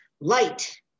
light